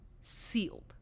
sealed